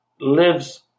lives